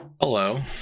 Hello